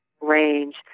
Range